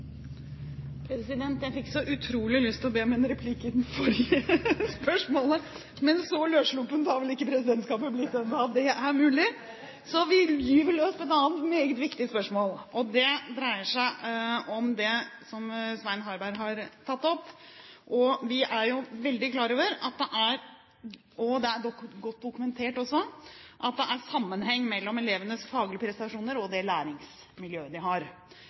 Jeg fikk så utrolig lyst til å be om replikk til det forrige spørsmålet, men så løssluppent har vel ikke presidentskapet blitt at det er mulig. Dessverre. Vi gyver derfor løs på et annet meget viktig spørsmål, og det dreier seg om det som Svein Harberg har tatt opp. Vi er jo veldig klar over – og det er godt dokumentert også – at det er sammenheng mellom elevenes faglige prestasjoner og det læringsmiljøet de har.